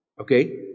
Okay